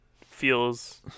feels